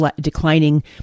declining